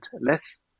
less